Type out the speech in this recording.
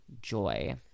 Joy